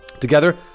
Together